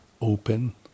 open